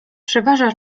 przeważa